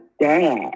dad